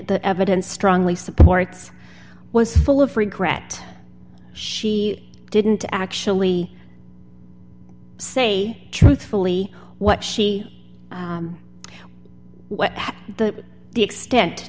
the evidence strongly supports was full of regret she didn't actually say truthfully what she went to the extent